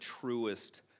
truest